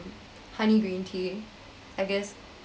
honey green tea I guess